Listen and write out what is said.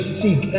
seek